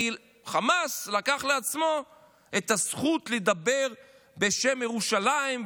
כי חמאס לקח לעצמו את הזכות לדבר בשם ירושלים,